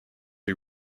who